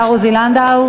השר עוזי לנדאו?